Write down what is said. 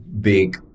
big